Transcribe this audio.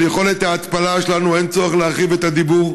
על יכולת ההתפלה שלנו אין צורך להרחיב את הדיבור.